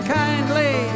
kindly